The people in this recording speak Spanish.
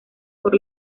por